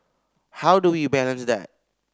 how do we balance that